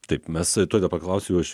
taip mes tuoj dar paklausiau aš